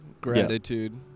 gratitude